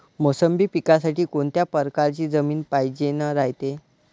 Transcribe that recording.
मोसंबी पिकासाठी कोनत्या परकारची जमीन पायजेन रायते?